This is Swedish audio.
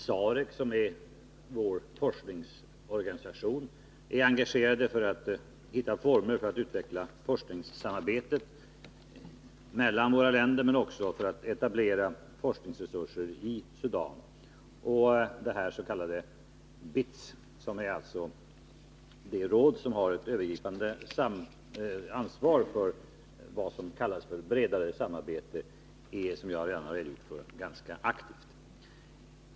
SAREC, som är vår forskningsorganisation på biståndsområdet, är också engagerat i att hitta former för att utveckla forskningssamarbetet mellan våra länder men också för att etablera forskningsresurser i Sudan. Och som jag tidigare har redogjort för är BITS — som alltså är det råd som har ett övergripande ansvar för det som kallas bredare samarbete — ganska aktivt.